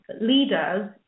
leaders